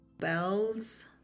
bells